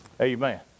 amen